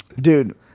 dude